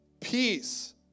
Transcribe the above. peace